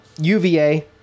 UVA